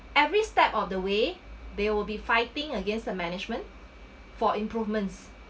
every step of the way they will be fighting against the management for improvements